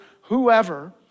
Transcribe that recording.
whoever